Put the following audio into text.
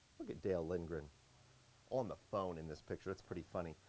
look at dale lindgren on the phone in this picture. it's pretty funny.